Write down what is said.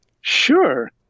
Sure